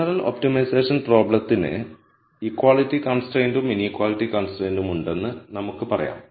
general optimisation പ്രോബ്ളത്തിന്ന് ഇക്വാളിറ്റി കൺസ്ട്രൈന്റും ഇനീക്വാളിറ്റി കൺസ്ട്രൈന്റും ഉണ്ടെന്ന് നമുക്ക് പറയാം